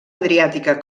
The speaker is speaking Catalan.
adriàtica